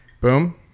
Boom